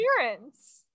appearance